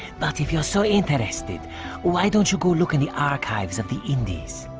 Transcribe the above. but if you're so interested why don't you go look in the archives of the indies?